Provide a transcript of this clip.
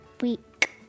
week